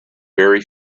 very